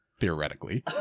theoretically